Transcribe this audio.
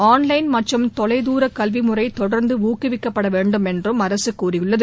online மற்றும் தொலைதூர கல்விமுறை தொடர்ந்து ஊக்குவிக்கப்பட வேண்டும் என்றும் அரசு கூறியுள்ளது